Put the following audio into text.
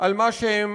על מה שהם